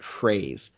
phrase